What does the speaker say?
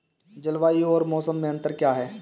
जलवायु और मौसम में अंतर क्या है?